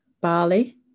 barley